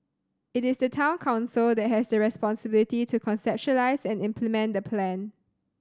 it is the Town Council that has the responsibility to conceptualise and implement the plan